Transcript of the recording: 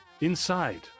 Inside